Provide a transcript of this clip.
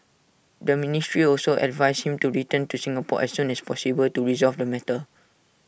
the ministry also advised him to return to Singapore as soon as possible to resolve the matter